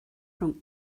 from